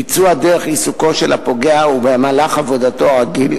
ביצוע דרך עיסוקו של הפוגע ובמהלך עבודתו הרגיל,